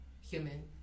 human